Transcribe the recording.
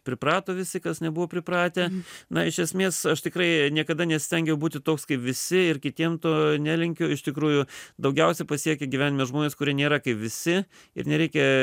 priprato visi kas nebuvo pripratę na iš esmės aš tikrai niekada nesistengiau būti toks kaip visi ir kitiem to nelinkiu iš tikrųjų daugiausiai pasiekę gyvenime žmonės kurie nėra kaip visi ir nereikia